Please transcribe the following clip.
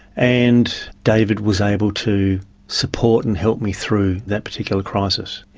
and david was able to support and help me through that particular crisis.